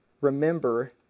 remember